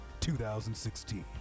2016